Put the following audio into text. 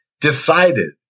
decided—